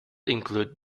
include